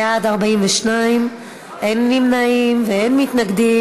בעד, 42, אין נמנעים ואין מתנגדים.